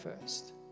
first